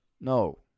No